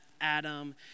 Adam